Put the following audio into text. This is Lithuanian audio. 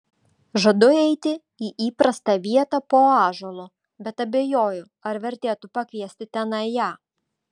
žadu eiti į įprastą vietą po ąžuolu bet abejoju ar vertėtų pakviesti tenai ją